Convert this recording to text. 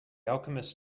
alchemist